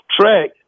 track